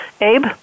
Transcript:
Abe